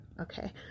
okay